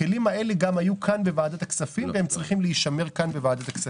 הכלים האלה היו גם כאן בוועדת הכספים והם צריכים להישמר בוועדת הכספים.